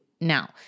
Now